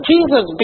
Jesus